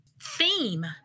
theme